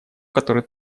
который